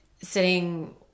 sitting